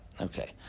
Okay